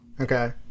Okay